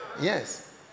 Yes